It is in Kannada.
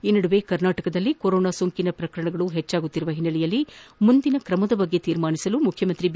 ಈ ನಡುವೆ ಕರ್ನಾಟಕದಲ್ಲಿ ಕೊರೊನಾ ಸೋಂಕಿನ ಪ್ರಕರಣಗಳು ಹೆಚ್ಚಾಗುತ್ತಿರುವ ಹಿನ್ನೆಲೆಯಲ್ಲಿ ಮುಂದಿನ ಕ್ರಮದ ಬಗ್ಗೆ ನಿರ್ಧರಿಸಲು ಮುಖ್ಯಮಂತ್ರಿ ಬಿ